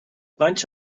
faint